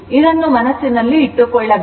ಇದನ್ನು ಮನಸ್ಸಿನಲ್ಲಿಟ್ಟುಕೊಳ್ಳಬೇಕು